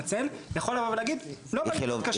יכול לבוא להגיד: לא בא לי להיות כשר.